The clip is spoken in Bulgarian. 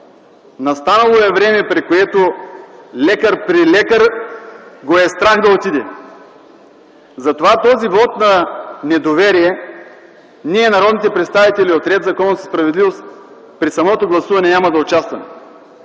настанало е време, в което лекар при лекар го е страх да отиде. Затова в този вот на недоверие ние, народните представители от „Ред, законност и справедливост”, при самото гласуване няма да участваме.